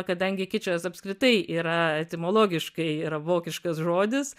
kadangi kičas apskritai yra etimologiškai yra vokiškas žodis